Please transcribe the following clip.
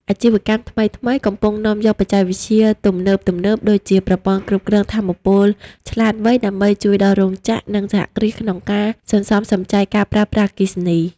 អាជីវកម្មថ្មីៗ កំពុងនាំយកបច្ចេកវិទ្យាទំនើបៗដូចជា ប្រព័ន្ធគ្រប់គ្រងថាមពលឆ្លាតវៃ ដើម្បីជួយដល់រោងចក្រ និងសហគ្រាសក្នុងការសន្សំសំចៃការប្រើប្រាស់អគ្គិសនី។